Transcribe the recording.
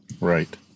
Right